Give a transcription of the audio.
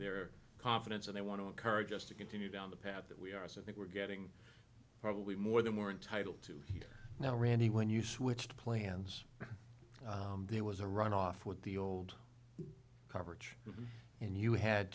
their confidence and i want to encourage us to continue down the path that we are something we're getting probably more than more in title two now randi when you switched plans there was a run off with the old coverage and you had